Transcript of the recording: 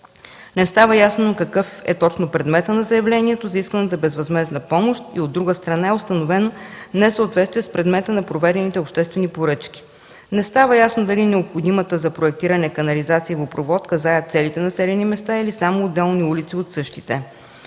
Не става ясно какъв е точно предметът на заявлението за исканата безвъзмездна помощ и, от друга страна, е установено несъответствие с предмета на проведените обществени поръчки. Не става ясно дали необходимата за проектиране канализация – водопровод, касае целите населени места или само отделни улици от същите.